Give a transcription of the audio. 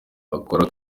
akora